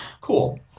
cool